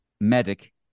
medic